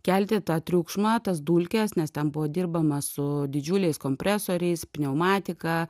kelti tą triukšmą tas dulkes nes ten buvo dirbama su didžiuliais kompresoriais pneumatika